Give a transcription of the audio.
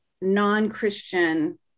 non-Christian